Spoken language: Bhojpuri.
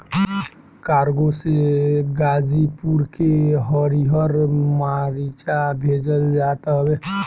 कार्गो से गाजीपुर के हरिहर मारीचा भेजल जात हवे